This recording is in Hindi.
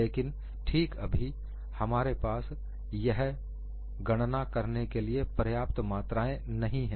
लेकिन ठीक अभी हमारे पास यह गणना करने के लिए पर्याप्त मात्राएं नहीं है